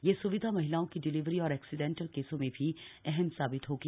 यह स्विधा महिलाओं की डिलीवरी और एक्सीडेंटल केसों में भी अहम साबित होगी